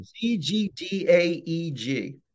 C-G-D-A-E-G